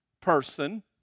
person